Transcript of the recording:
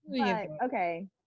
Okay